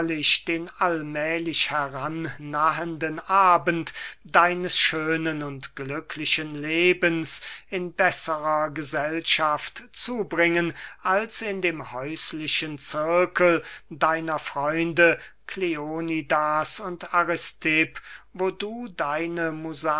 den allmählich herannahenden abend deines schönen und glücklichen lebens in besserer gesellschaft zubringen als in dem häuslichen zirkel deiner freunde kleonidas und aristipp wo du deine